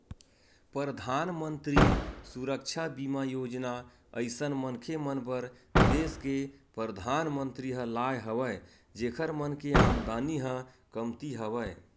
परधानमंतरी सुरक्छा बीमा योजना अइसन मनखे मन बर देस के परधानमंतरी ह लाय हवय जेखर मन के आमदानी ह कमती हवय